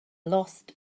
lost